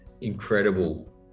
incredible